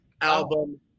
album